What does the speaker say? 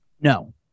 No